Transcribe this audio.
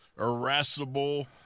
irascible –